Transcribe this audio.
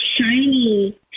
shiny